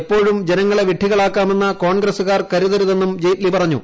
എപ്പോഴും ജനങ്ങളെ വിഡ്ഢികളാക്കാമെന്ന് കോൺഗ്രസുകാർ കരുതരുതെന്നും ജയ്റ്റ്ലി പറഞ്ഞു